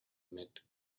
met